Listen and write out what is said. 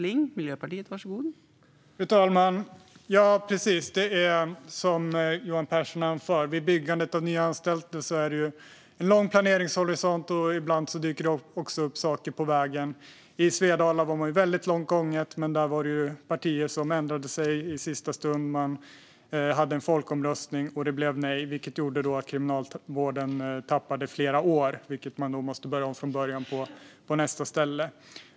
Fru talman! Precis som Johan Pehrson anför är det vid byggandet av nya anstalter en lång planeringshorisont, och ibland dyker det upp saker på vägen. I Svedala var det väldigt långt gånget, men där var det partier som ändrade sig i sista stund, och man hade en folkomröstning som gav ett nej. Det gjorde att Kriminalvården tappade flera år och att man måste börja om från början på nästa ställe.